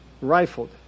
rifled